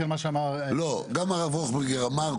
גם הרב ראוכברגר אמר,